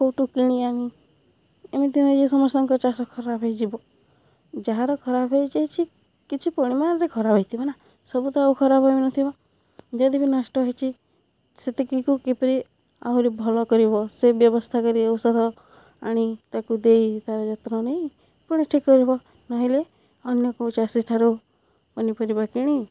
କେଉଁଠୁ କିଣି ଆଣି ଏମିତି ନିଜ ସମସ୍ତଙ୍କ ଚାଷ ଖରାପ ହେଇଯିବ ଯାହାର ଖରାପ ହେଇଯାଇଛି କିଛି ପରିମାଣରେ ଖରାପ ହେଇଥିବ ନା ସବୁ ତ ଆଉ ଖରାପ ହୋଇ ନ ଥିବ ଯଦି ବି ନଷ୍ଟ ହେଇଛି ସେତିକି କୁ କିପରି ଆହୁରି ଭଲ କରିବ ସେ ବ୍ୟବସ୍ଥା କରି ଔଷଧ ଆଣି ତାକୁ ଦେଇ ତା'ର ଯତ୍ନ ନେଇ ପୁଣି ଠିକ୍ କରିବ ନହେଲେ ଅନ୍ୟ କେଉଁ ଚାଷୀଠାରୁ ପନିପରିବା କିଣି